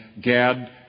Gad